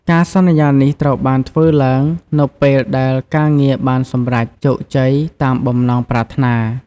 ការសន្យានេះត្រូវបានធ្វើឡើងនៅពេលដែលការងារបានសម្រេចជោគជ័យតាមបំណងប្រាថ្នា។